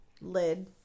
lid